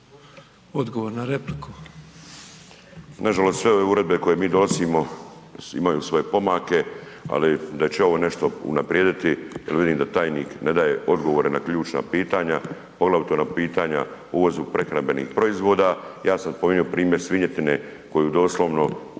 odgovor na repliku